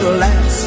last